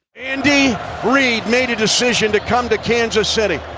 andy reid made a decision to come to kansas city.